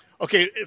Okay